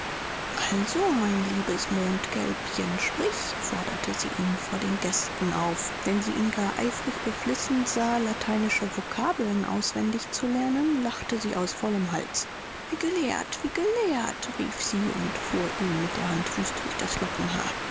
also mein liebes mondkälbchen sprich forderte sie ihn vor den gästen auf wenn sie ihn gar eifrig beflissen sah lateinische vokabeln auswendig zu lernen lachte sie aus vollem hals wie gelehrt wie gelehrt rief sie und fuhr ihm mit der hand wüst durch das